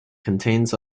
contains